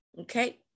okay